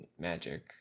magic